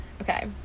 Okay